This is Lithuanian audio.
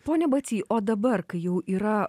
pone bacy o dabar kai jau yra